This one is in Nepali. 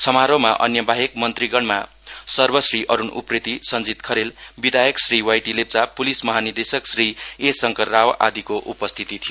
समारोहमा अन्य बाहेक मन्त्रीगणमा सर्वश्री अरूण उप्रेति सञ्जीत खरेल विधायक Shri Y T Lepcha police महानिदेशक श्री ए शंकर राव आदिको उपस्थिति थियो